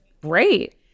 great